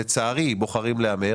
שלצערי בוחרים להמר.